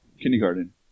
kindergarten